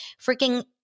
freaking